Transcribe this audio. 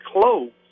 closed